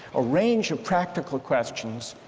a range of practical questions,